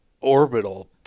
orbital